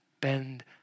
Bend